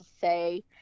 say